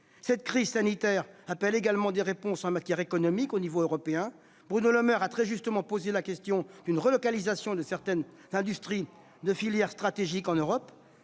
Cette crise sanitaire appelle également des réponses en matière économique à l'échelon européen. De ce point de vue, Bruno Le Maire a très justement posé la question d'une relocalisation de certaines industries et filières stratégiques en Europe.